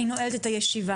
אני נועלת את הישיבה.